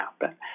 happen